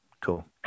cool